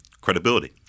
credibility